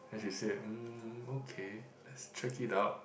as you said uh okay lets check it out